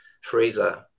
freezer